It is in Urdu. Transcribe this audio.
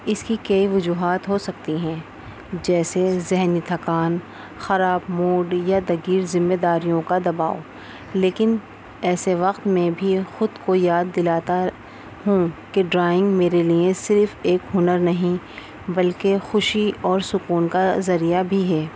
اس کی کئی وجوہات ہو سکتی ہیں جیسے ذہنی تھکان خراب موڈ یا دیگر ذمہ داریوں کا دباؤ لیکن ایسے وقت میں بھی خود کو یاد دلاتا ہوں کہ ڈرائنگ میرے لیے صرف ایک ہنر نہیں بلکہ خوشی اور سکون کا ذریعہ بھی ہے